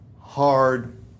hard